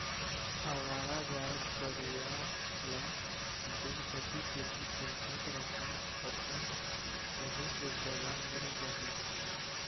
अवारा गाय गरूवा ल जेन ऐती तेती किंजरत रथें ओखर रेहे के जगा मिल जाही